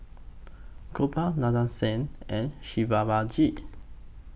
Gopal Nadesan and